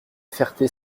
ferté